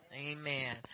amen